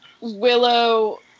Willow